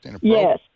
Yes